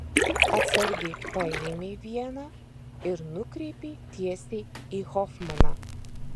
atsargiai paėmė vieną ir nukreipė tiesiai į hofmaną